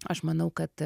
aš manau kad